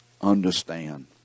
understand